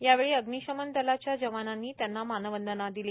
यावेळी अग्निशमन दलाच्या जवानांनी त्यांना मानवंदना दिली